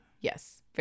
yes